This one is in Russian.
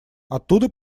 оттуда